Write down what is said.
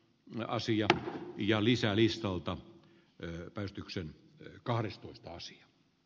ne asiat ja lisää listalta ja päivystyksen kahdestoista sija b